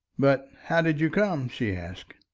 but how did you come? she asked.